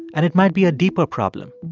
and it might be a deeper problem.